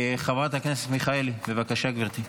חברת הכנסת מיכאלי, בבקשה, גברתי.